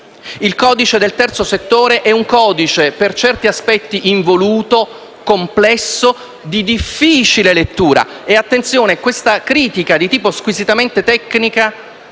Il codice del terzo settore è, per certi aspetti, involuto, complesso e di difficile lettura. Attenzione, questa critica squisitamente di